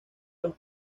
los